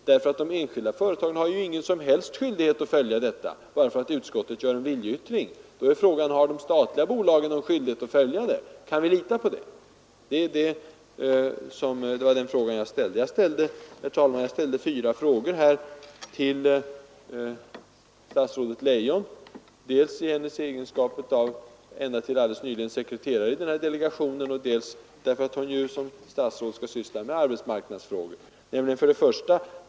De enskilda företagen har ju ingen som helst skyldighet att avhålla sig från könsdiskriminering bara för att utskottet gör en viljeyttring. Då är frågan: Har de statliga bolagen någon skyldighet att följa detta uttalande? Kan vi lita på det? Det var den fråga jag ställde. Jag ställde fyra frågor till statsrådet Leijon, dels i hennes egenskap av sekreterare i delegationen till alldeles nyligen, dels därför att hon som statsråd skall handlägga arbetsmarknadsfrågor, nämligen 1.